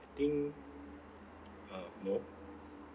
I think uh no